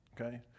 Okay